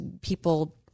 people